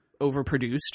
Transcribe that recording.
overproduced